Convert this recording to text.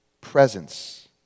presence